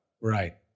Right